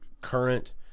current